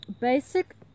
basic